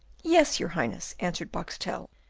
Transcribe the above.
yes, your highness, answered boxtel,